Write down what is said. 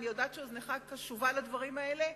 אני יודעת שאוזנך קשובה לדברים האלה.